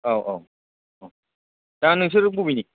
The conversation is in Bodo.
औ औ औ दा नोंसोर बबेनि